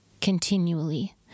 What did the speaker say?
continually